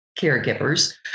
caregivers